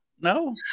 No